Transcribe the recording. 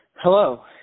Hello